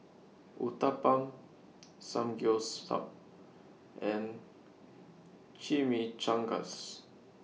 Uthapam Samgyeopsal and Chimichangas